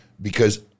Because-